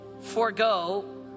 forego